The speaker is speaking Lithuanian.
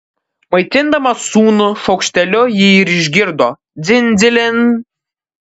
maitindama sūnų šaukšteliu ji ir išgirdo dzin dzilin